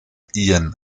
ian